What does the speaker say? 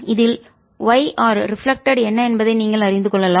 இதிலிருந்து yR reflected என்ன என்பதை நீங்கள் அறிந்து கொள்ளலாம்